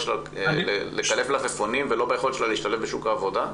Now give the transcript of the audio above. שלה לקלף מלפפונים ולא ביכולת שלה להשתלב בשוק העבודה?